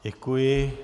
Děkuji.